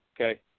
okay